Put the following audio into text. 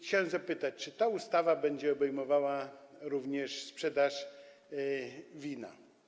Chciałbym zapytać, czy ta ustawa będzie obejmowała również sprzedaż wina.